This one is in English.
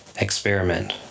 Experiment